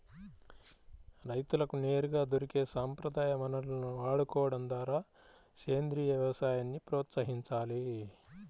రైతులకు నేరుగా దొరికే సంప్రదాయ వనరులను వాడుకోడం ద్వారా సేంద్రీయ వ్యవసాయాన్ని ప్రోత్సహించాలి